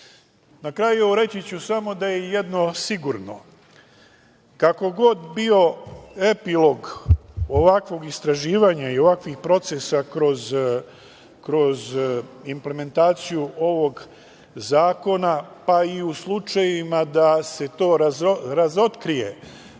kraju ću reći samo da jedno sigurno, kakav god bio epilog ovakvog istraživanja i ovakvih procesa kroz implementaciju ovog zakona, pa i u slučajevima da se to razotkrije